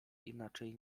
inaczej